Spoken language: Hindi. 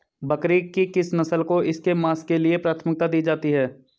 बकरी की किस नस्ल को इसके मांस के लिए प्राथमिकता दी जाती है?